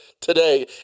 today